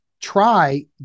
try